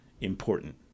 important